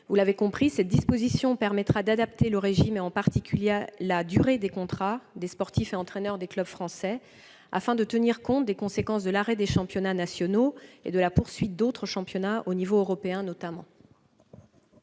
des sportifs. Cette disposition permettra d'adapter le régime, en particulier la durée des contrats des sportifs et entraîneurs des clubs français, afin de tenir compte des conséquences de l'arrêt des championnats nationaux et de la poursuite d'autres championnats, notamment